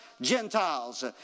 Gentiles